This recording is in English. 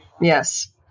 Yes